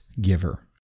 giver